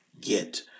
get